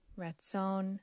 Ratzon